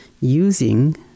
using